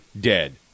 dead